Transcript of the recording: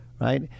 right